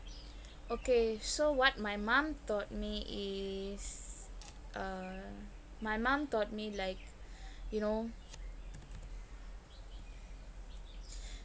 okay so what my mum taught me is uh my mum taught me like you know